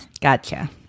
Gotcha